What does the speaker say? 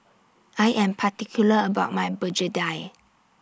I Am particular about My Begedil